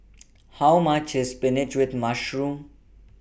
How much IS Spinach with Mushroom